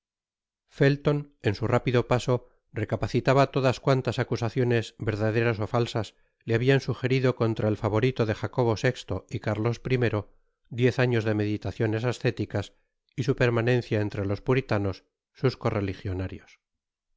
felton en su rápido paso recapacitaba todas cuantas acusaciones verdaderas ó falsas le habian sugerido contra el favorito de jacobo vi y carlos i diez años de meditaciones ascéticas y su permanencia entre los puritanos sus correligionarios al